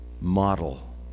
model